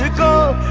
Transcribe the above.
go?